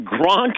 Gronk